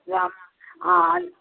आम आओर